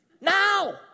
Now